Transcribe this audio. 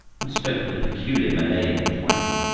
and spoke with a peculiar malayan twang.